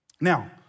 Now